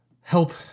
help